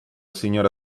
signorina